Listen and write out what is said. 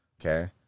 okay